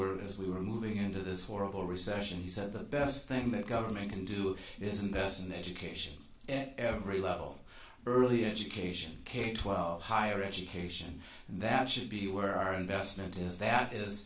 were as we were moving into this horrible recession he said the best thing that government can do is invest in education at every level early education k twelve higher education and that should be where our investment is that is